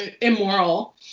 immoral